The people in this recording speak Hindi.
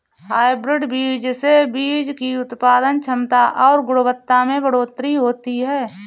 हायब्रिड बीज से बीज की उत्पादन क्षमता और गुणवत्ता में बढ़ोतरी होती है